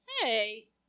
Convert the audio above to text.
Hey